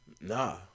Nah